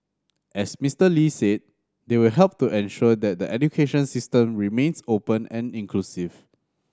as Mister Lee said they will help to ensure that the education system remains open and inclusive